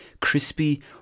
crispy